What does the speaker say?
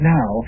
Now